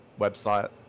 website